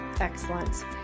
Excellent